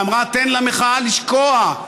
ואמרה: ניתן למחאה לשקוע.